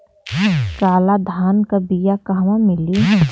काला धान क बिया कहवा मिली?